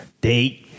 Date